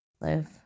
Live